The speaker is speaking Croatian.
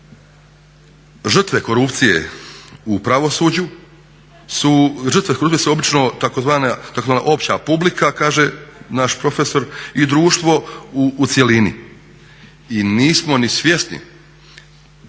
žrtve korupcije u pravosuđu su žrtve … su obično tzv. opća publika kaže naš profesor i društvo u cjelini i nismo ni svjesni